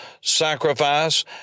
sacrifice